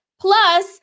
Plus